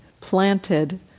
planted